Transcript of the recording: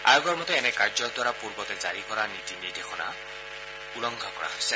আয়োগৰ মতে এনে কাৰ্যৰ দ্বাৰা পূৰ্বতে জাৰি কৰা নীতি নিৰ্দেশনা উলংঘা কৰা হৈছে